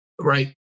right